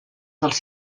dels